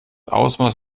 ausmaß